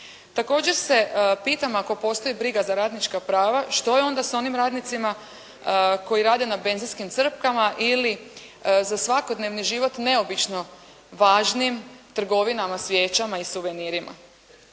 Također se pitam, ako postoji briga za radnička prava što je onda sa onim radnicima koji rade na benzinskim crpkama ili za svakodnevni život neobično važnim trgovinama svijećama i suvenirima.